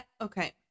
Okay